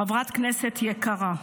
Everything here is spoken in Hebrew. חברת הכנסת יקרה,